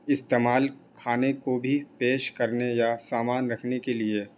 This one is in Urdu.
استعمال کھانے کو بھی پیش کرنے یا سامان رکھنے کے لیے